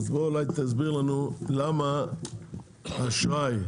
טוב, אז אולי בוא תסביר לנו לפי הנתונים.